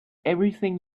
everything